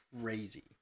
crazy